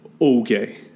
Okay